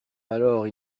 alors